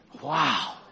Wow